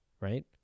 Right